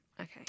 Okay